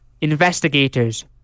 Investigators